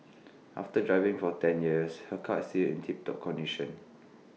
after driving for ten years her car is still in tip top condition